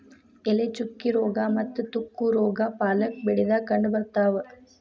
ಎಲೆ ಚುಕ್ಕಿ ರೋಗಾ ಮತ್ತ ತುಕ್ಕು ರೋಗಾ ಪಾಲಕ್ ಬೆಳಿದಾಗ ಕಂಡಬರ್ತಾವ